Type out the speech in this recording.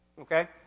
Okay